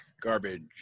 Garbage